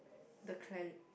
the clea~